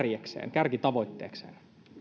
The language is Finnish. kärkitavoitteekseen